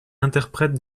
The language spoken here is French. interprète